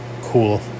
Cool